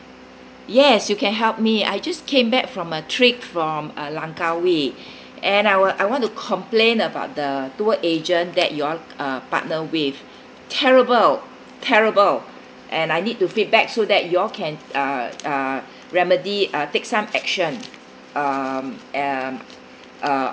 yes you can help me I just came back from a trip from uh langkawi and I will I want to complain about the tour agent that you all uh partner with terrible terrible and I need to feedback so that you all can uh uh remedy uh take some action um uh uh